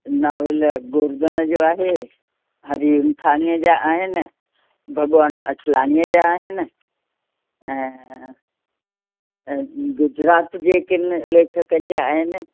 novel Govardhan जो आहे हरी उत्थाणी जा आहिनि भॻवानु अटलाणी जा आहिनि ऐं गुजरात जे किनि लेखकनि जा आहिनि